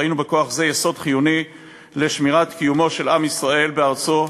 ראינו בכוח זה יסוד חיוני לשמירת קיומו של עם ישראל בארצו.